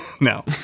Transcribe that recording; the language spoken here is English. no